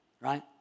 right